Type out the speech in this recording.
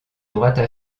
droites